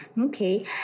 Okay